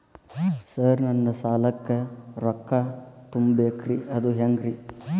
Sir ನನ್ನ ಸಾಲಕ್ಕ ರೊಕ್ಕ ತುಂಬೇಕ್ರಿ ಅದು ಹೆಂಗ್ರಿ?